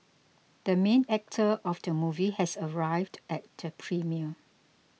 the main actor of the movie has arrived at the premiere